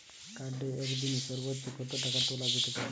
কার্ডে একদিনে সর্বোচ্চ কত টাকা তোলা যেতে পারে?